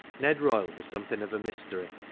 ned royle was something of a mystery.